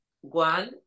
one